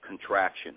contraction